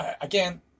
again